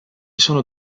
sono